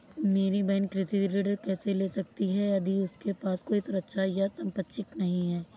मेरी बहिन कृषि ऋण कैसे ले सकती है यदि उसके पास कोई सुरक्षा या संपार्श्विक नहीं है?